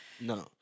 no